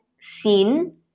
seen